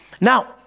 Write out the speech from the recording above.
Now